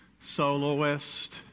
soloist